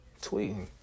tweeting